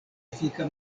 efika